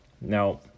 now